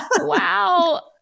Wow